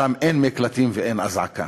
ששם אין מקלטים ואין אזעקה.